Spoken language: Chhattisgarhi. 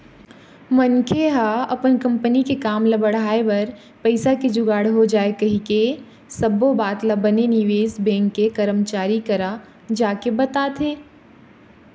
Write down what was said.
मनखे ह अपन कंपनी के काम ल बढ़ाय बर पइसा के जुगाड़ हो जाय कहिके सब्बो बात ल बने निवेश बेंक के करमचारी करा जाके बताथे